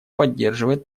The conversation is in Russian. поддерживает